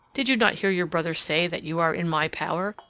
did you not hear your brother say that you are in my power?